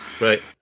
Right